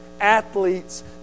athletes